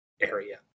area